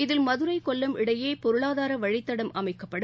இதில் மதுரை கொல்லம் இடையே பொருளாதார வழித்தடம் அமைக்கப்படும்